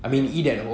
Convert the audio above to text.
ya